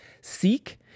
Seek